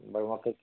बरं मग